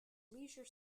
leisure